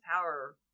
power